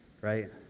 right